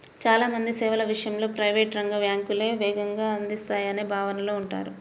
చాలా మంది సేవల విషయంలో ప్రైవేట్ రంగ బ్యాంకులే వేగంగా అందిస్తాయనే భావనలో ఉంటారు